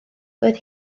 doedd